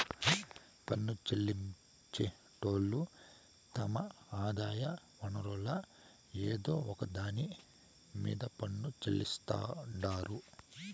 పన్ను చెల్లించేటోళ్లు తమ ఆదాయ వనరుల్ల ఏదో ఒక దాన్ని మీద పన్ను చెల్లిస్తాండారు